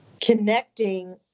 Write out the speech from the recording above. connecting